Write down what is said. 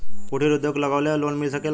कुटिर उद्योग लगवेला लोन मिल सकेला?